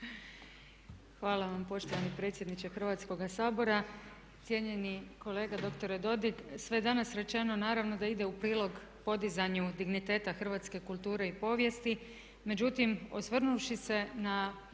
Hvala vam poštovani predsjedniče Hrvatskoga sabora. Cijenjeni kolega dr. Dodig sve danas rečeno naravno da ide u prilog podizanju digniteta hrvatske kulture i povijesti. Međutim, osvrnuvši se na